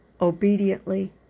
obediently